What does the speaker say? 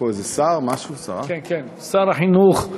אדוני שר החינוך,